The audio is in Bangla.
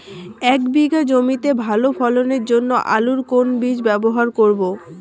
এক বিঘে জমিতে ভালো ফলনের জন্য আলুর কোন বীজ ব্যবহার করব?